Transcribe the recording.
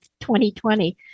2020